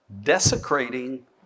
desecrating